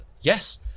yes